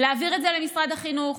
להעביר את זה למשרד החינוך,